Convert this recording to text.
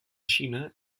xina